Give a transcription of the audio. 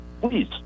please